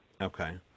Okay